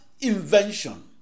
invention